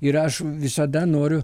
ir aš visada noriu